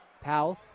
Powell